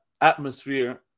atmosphere